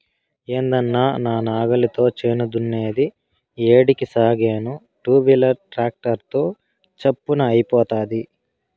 ఏందన్నా నా నాగలితో చేను దున్నేది ఏడికి సాగేను టూవీలర్ ట్రాక్టర్ తో చప్పున అయిపోతాది